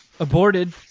Aborted